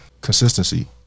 Consistency